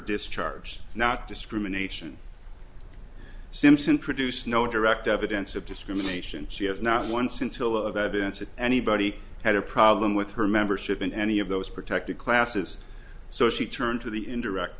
discharge not discrimination simpson produce no direct evidence of discrimination she has not one scintilla of evidence that anybody had a problem with her membership in any of those protected classes so she turned to the indirect